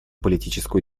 политическую